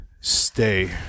stay